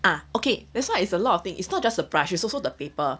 ah okay that's why it's a lot of thing it's not just a brush it's also the paper